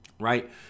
right